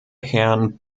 herrn